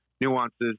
nuances